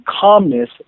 calmness